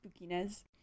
spookiness